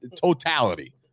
totality